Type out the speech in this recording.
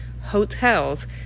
hotels